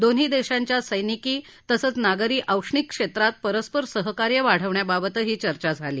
दोन्ही देशांच्या सैनिकी तसंच नागरी औष्णिक क्षेत्रात परस्पर सहकार्य वाढवण्याबाबतही चर्चा करण्यात आली